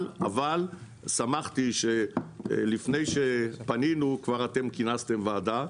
אבל שמחתי לפני שפנינו כבר אתם כינסתם ועדה.